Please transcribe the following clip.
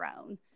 own